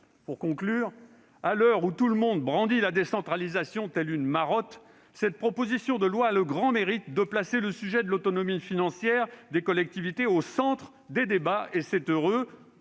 Pour conclure, à l'heure où tout le monde brandit la décentralisation telle une marotte, je précise que ces propositions de loi ont le grand mérite de placer le sujet de l'autonomie financière des collectivités au centre des débats, et c'est heureux